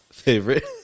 Favorite